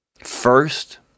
first